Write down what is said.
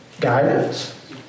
Guidance